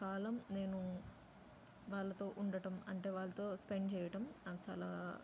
కాలం నేను వాళ్ళతో ఉండటం అంటే వాళ్ళతో స్పెండ్ చేయటం నాకు చాలా